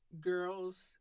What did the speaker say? girls